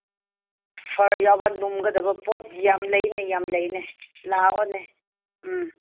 ꯐꯔ ꯌꯥꯎꯕ ꯂꯨꯝꯒꯗꯕ ꯄꯣꯠ ꯌꯥꯝ ꯂꯩꯅꯦ ꯌꯥꯝ ꯂꯩꯅꯦ ꯂꯥꯛꯑꯣꯅꯦ ꯎꯝ